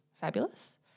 fabulous